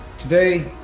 Today